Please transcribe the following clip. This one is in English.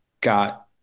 got